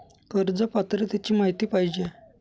कर्ज पात्रतेची माहिती पाहिजे आहे?